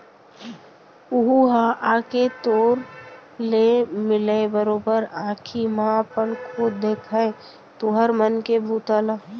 ओहूँ ह आके तोर ले मिलय, बरोबर आंखी म अपन खुद देखय तुँहर मन के बूता ल